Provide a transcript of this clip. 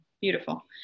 Beautiful